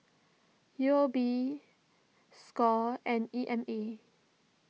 U O B Score and E M A